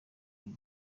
iri